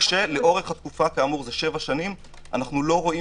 שלאורך התקופה 7 שנים אנו לא רואים